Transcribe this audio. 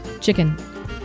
chicken